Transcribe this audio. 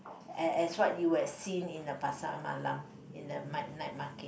as as what you would have seen in the pasar-malam in the night night market